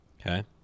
Okay